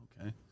Okay